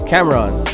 Cameron